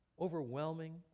overwhelming